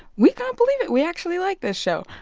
we can't believe it. we actually like this show.